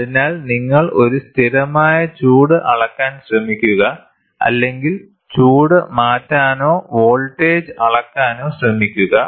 അതിനാൽ നിങ്ങൾ ഒരു സ്ഥിരമായ ചൂട് അളക്കാൻ ശ്രമിക്കുക അല്ലെങ്കിൽ ചൂട് മാറ്റാനോ വോൾട്ടേജ് അളക്കാനോ ശ്രമിക്കുക